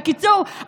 בקיצור,